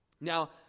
Now